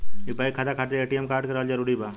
UPI खाता खातिर ATM card रहल जरूरी बा?